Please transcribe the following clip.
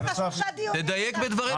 תדייק בדבריך, תומר.